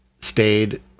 stayed